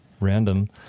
random